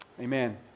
Amen